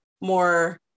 more